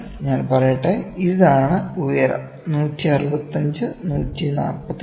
ഞാൻ പറയട്ടെ ഇതാണ് ഉയരം 165 148